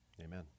Amen